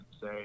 say